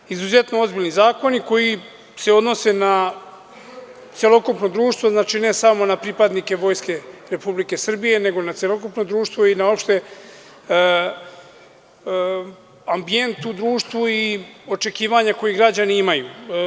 Ovo su izuzetno ozbiljni zakoni, koji se odnose na celokupno društvo, a ne samo na pripadnike Vojske Republike Srbije, nego na celokupno društvo i uopšte na ambijent u društvu i na očekivanja koja građani imaju.